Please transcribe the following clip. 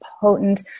potent